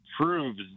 proves